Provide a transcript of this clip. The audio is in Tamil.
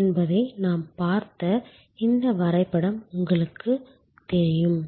என்பதை நாம் பார்த்த இந்த வரைபடம் உங்களுக்குத் தெரியும்